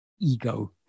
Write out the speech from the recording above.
ego